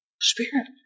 Spirit